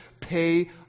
pay